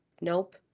Nope